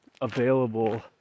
available